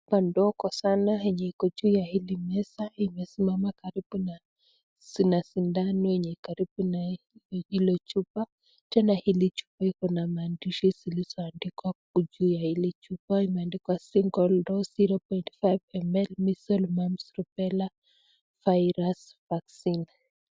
Kandoko sana yenye iko juu ya hili meza, imesimama karibu na sindano yenye iko karibu na ile chupa. Tena hili chupa iko na maandishi ziliandikwa juu ya hili chupa. Imeandikwa single dose zero point five ml measles mumps rubella virus vaccine .